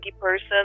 person